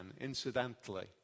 Incidentally